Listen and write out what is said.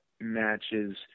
matches